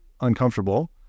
uncomfortable